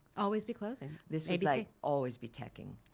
always be closing. this play always be teching.